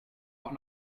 auch